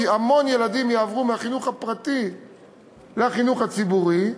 כי המון ילדים יעברו מהחינוך הפרטי לחינוך הציבורי,